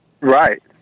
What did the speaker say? right